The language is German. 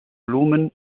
blumen